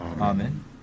Amen